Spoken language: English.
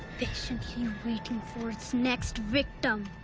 patiently waiting for its next victim.